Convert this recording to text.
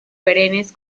perennes